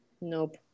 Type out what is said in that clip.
nope